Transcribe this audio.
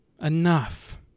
Enough